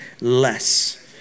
less